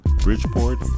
Bridgeport